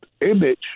image